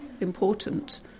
important